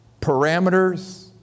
parameters